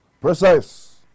precise